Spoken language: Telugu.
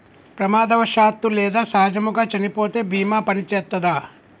ప్రమాదవశాత్తు లేదా సహజముగా చనిపోతే బీమా పనిచేత్తదా?